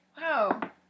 Wow